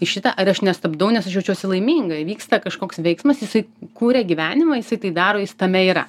į šitą ir aš nestabdau nes aš jaučiuosi laiminga įvyksta kažkoks veiksmas jisai kuria gyvenimą jisai tai daro jis tame yra